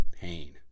pain